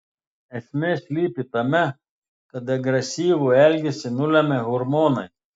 esmė slypi tame kad agresyvų elgesį nulemia hormonai